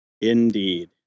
indeed